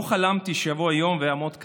לא חלמתי שיבוא היום ואעמוד כאן,